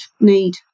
need